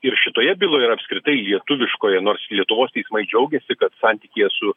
ir šitoje byloje ir apskritai lietuviškoje nors lietuvos teismai džiaugiasi kad santykyje su